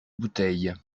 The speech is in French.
bouteille